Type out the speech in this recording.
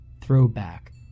throwback